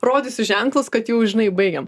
rodysiu ženklus kad jau žinai baigiam